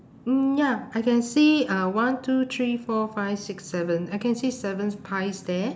mm ya I can see uh one two three four five six seven I can see seven pies there